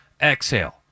exhale